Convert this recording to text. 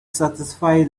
satisfy